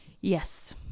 Yes